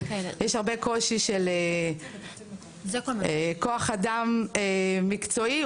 יש הרבה קושי של כוח אדם מקצועי,